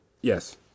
Yes